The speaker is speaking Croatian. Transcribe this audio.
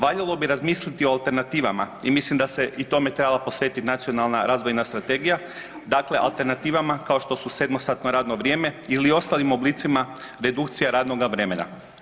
Valjalo bi razmisliti o alternativama i mislim da se i tome trebala posvetiti Nacionalna razvojna strategija, dakle alternativama kao što su sedmosatno radno vrijeme ili ostalim oblicima redukcija radnoga vremena.